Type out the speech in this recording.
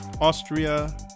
Austria